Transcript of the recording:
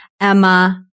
Emma